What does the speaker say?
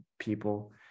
people